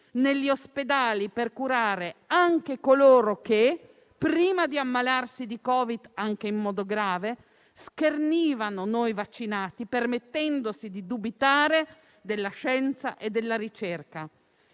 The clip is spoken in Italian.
negli ospedali per curare anche coloro che, prima di ammalarsi di Covid anche in modo grave, schernivano noi vaccinati, permettendosi di dubitare della scienza e della ricerca.